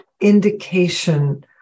indication